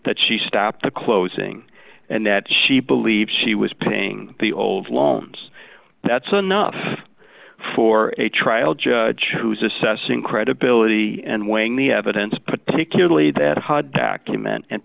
that she stopped the closing and that she believed she was paying the old loans that's enough for a trial judge who's assessing credibility and weighing the evidence particularly that h